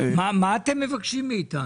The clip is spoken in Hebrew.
ב-2014 החברה נקלעה לקשיים תזרימיים,